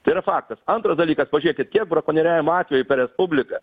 tai yra faktas antras dalykas pažiūrėkit kiek brakonieriavimo atvejų per respubliką